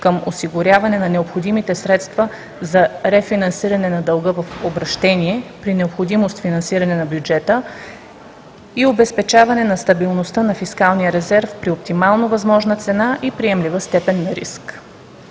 към осигуряване на необходимите средства за рефинансиране на дълга в обръщение, при необходимост финансиране на бюджета и обезпечаване на стабилността на фискалния резерв при оптимално възможна цена и приемлива степен на риск.